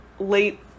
late